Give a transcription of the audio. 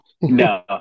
No